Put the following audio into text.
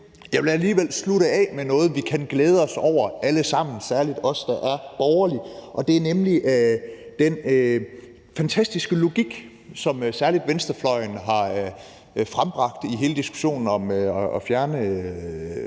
jeg vil alligevel slutte af med noget, vi kan glæde os over alle sammen, særlig os, der er borgerlige, og det er nemlig den fantastiske logik, som særlig venstrefløjen har frembragt i hele diskussionen om at fjerne